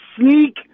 sneak